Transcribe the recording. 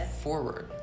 forward